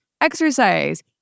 exercise